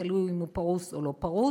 תלוי אם הוא פרוס או לא פרוס,